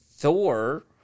Thor